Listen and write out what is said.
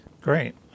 Great